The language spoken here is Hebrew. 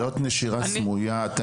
זאת נשירה סמויה.